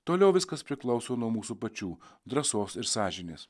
toliau viskas priklauso nuo mūsų pačių drąsos ir sąžinės